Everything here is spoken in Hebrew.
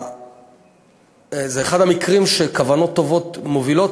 זה אחד המקרים שכוונות טובות מובילות,